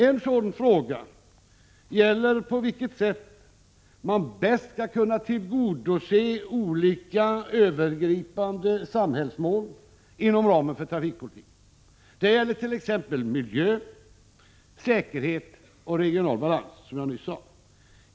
En sådan fråga är på vilket sätt man bäst skall kunna tillgodose olika övergripande samhällsmål inom ramen för trafikpolitiken. Det gäller t.ex. miljö, säkerhet och regional balans, som jag nyss sade.